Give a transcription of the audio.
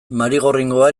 marigorringoa